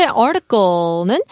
article는